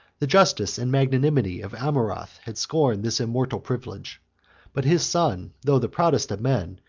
the justice and magnanimity of amurath had scorned this immoral privilege but his son, though the proudest of men,